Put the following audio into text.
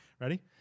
Ready